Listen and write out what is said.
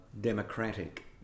democratic